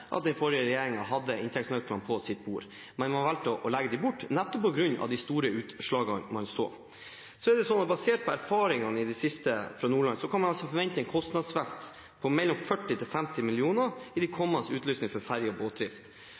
den forrige regjeringen hadde inntektsnøklene på sitt bord, men man valgte å legge det bort nettopp på grunn av de store utslagene man så. Basert på de siste erfaringene fra Nordland kan man forvente en kostnadsvekst på mellom 40 og 50 pst. i de kommende utlysningene for ferge- og båtdrift.